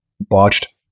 botched